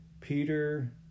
Peter